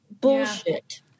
bullshit